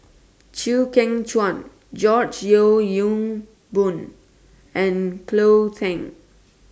Chew Kheng Chuan George Yeo Yong Boon and Cleo Thang